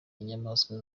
inyamaswa